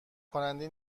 کننده